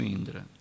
Indra